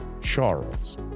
charles